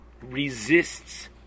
resists